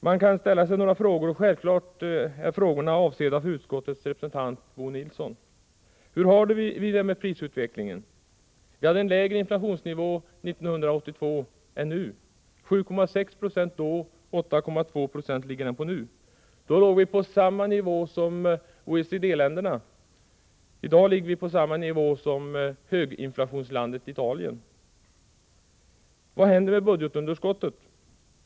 Man kan ställa sig några frågor, och självfallet är frågorna avsedda för utskottets representant Bo Nilsson. Hur har vi det med prisutvecklingen? Vi hade lägre inflationsnivå 1982 än nu, 7,6 20 då mot 8,2 20 nu. Då låg vi på samma nivå som OECD-länderna. I dag ligger vi på samma nivå som höginflationslandet Italien. Vad händer med budgetunderskottet?